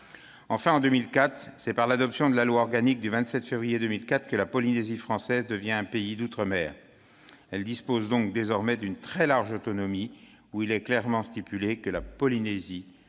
Enfin, en 2004, c'est par l'adoption de la loi organique du 27 février que la Polynésie française devient un pays d'outre-mer. Elle dispose donc désormais d'une très large autonomie : il est clairement prévu que « la Polynésie